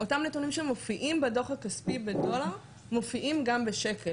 אותם נתונים שמופיעים בדו"ח הכספי בדולר מופיעים גם בשקל.